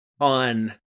on